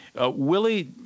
Willie